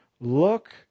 Look